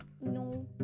no